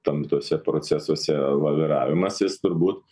tam tuose procesuose laviravimas jis turbūt